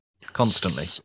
Constantly